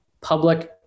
public